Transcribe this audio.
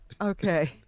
Okay